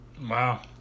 Wow